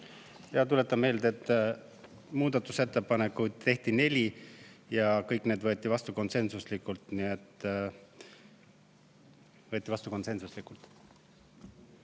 Ma tuletan meelde, et muudatusettepanekuid tehti neli ja kõik need võeti vastu konsensuslikult.